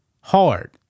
hard